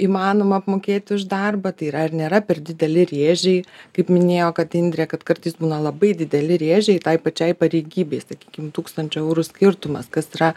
įmanoma apmokėti už darbą tai yra ar nėra per dideli rėžiai kaip minėjo kad indrė kad kartais būna labai dideli rėžiai tai pačiai pareigybei sakykim tūkstančio eurų skirtumas kas yra